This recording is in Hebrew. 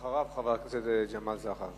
אחריו, חבר הכנסת זחאלקה.